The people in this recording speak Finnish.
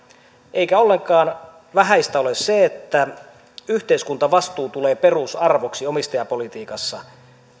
eikä ollenkaan vähäistä ole se että yhteiskuntavastuu tulee perusarvoksi omistajapolitiikassa